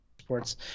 Sports